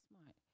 Smart